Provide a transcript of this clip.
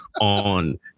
on